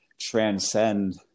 transcend